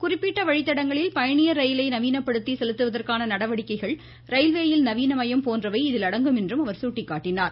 குறிப்பிட்ட வழித்தடங்களில் பயணியர் ரயிலை நவீனப்படுத்தி செலுத்துவதற்கான நடவடிக்கைகள் ரயில்வேயில் நவீனமயம் போன்றவை இதில் அடங்கும் என்றும் அவர் சுட்டிக்காட்டினார்